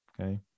Okay